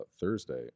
Thursday